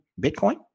Bitcoin